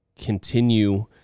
continue